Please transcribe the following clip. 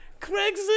Craigslist